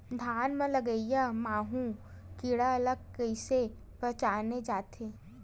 धान म लगईया माहु कीरा ल कइसे पहचाने जाथे?